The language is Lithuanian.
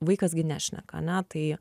vaikas gi nešneka ane tai